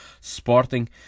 Sporting